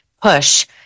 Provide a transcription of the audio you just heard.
push